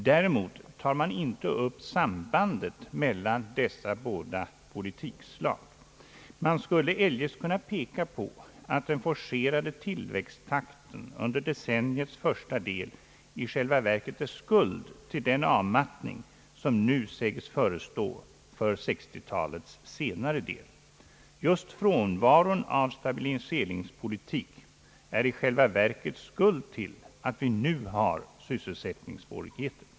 Däremot tar man inte upp sambandet mellan dessa båda slag av politik. Man skulle eljest kunna peka på att den forcerade tillväxttakten under decenniets första del i själva verket är skuld till den avmattning som nu säges förestå för 1960-talets senare del. Just frånvaron av stabiliseringspolitik är i själva verket skuld till att vi nu har sysselsättningssvårigheter.